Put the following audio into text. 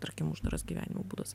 tarkim uždaras gyvenimo būdas